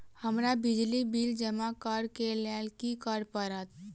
हमरा बिजली बिल जमा करऽ केँ लेल की करऽ पड़त?